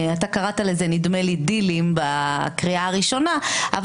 נדמה לי שאתה קראת לזה דילים בקריאה הראשונה,